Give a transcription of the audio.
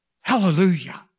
Hallelujah